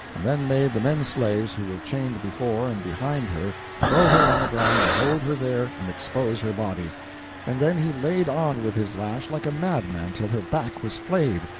and then made the men-slaves who were chained before and behind her throw her on the ground and hold her there and expose her body and then he laid on with his lash like a madman till her back was flayed,